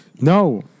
No